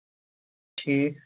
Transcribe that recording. ٹھیٖک